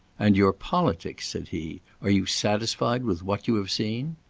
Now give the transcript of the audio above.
and your politics! said he are you satisfied with what you have seen?